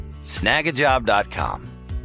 snagajob.com